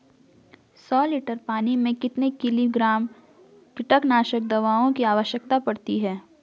सौ लीटर पानी में कितने मिलीग्राम कीटनाशक दवाओं की आवश्यकता पड़ती है?